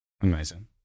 amazing